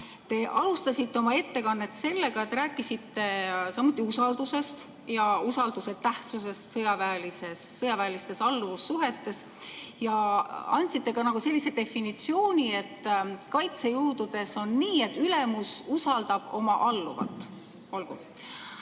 Te alustasite oma ettekannet sellega, et te rääkisite usaldusest, usalduse tähtsusest sõjaväelistes alluvussuhetes, ja andsite ka sellise definitsiooni, et kaitsejõududes on nii, et ülemus usaldab oma alluvat. Olgu!